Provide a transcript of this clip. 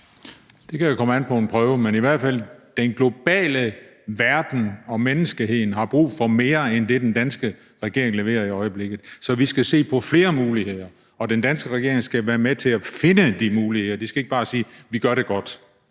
Det kan jo komme an på en prøve. Men den globale verden og menneskeheden har brug for mere end det, den danske regering leverer i øjeblikket. Så vi skal se på flere muligheder, og den danske regering skal være med til at finde de muligheder. Regeringen skal ikke bare sige: Vi gør det godt.